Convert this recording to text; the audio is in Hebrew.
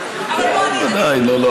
לא, לא.